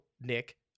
Nick